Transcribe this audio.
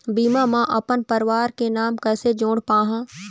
बीमा म अपन परवार के नाम कैसे जोड़ पाहां?